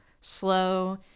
slow